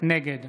נגד